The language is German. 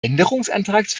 änderungsantrags